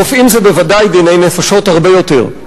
רופאים זה בוודאי דיני נפשות הרבה יותר.